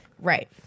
Right